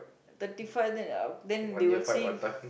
thirty five then uh then they will see